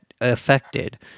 affected